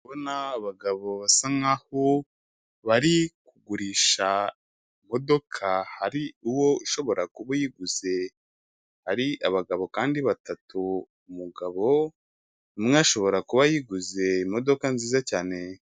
Ndi kubona abagabo basa nk'aho bari kugurisha imodoka, hari uwo ushobora kuba Uyiguze. Hari abagabo kandi batatu, umugabo umwe ashobora kuba ayiguze, imodoka nziza cyane.